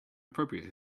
appropriate